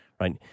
right